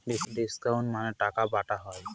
discount মানে টাকা বাটা হয়